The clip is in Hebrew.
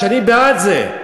ואני בעד זה.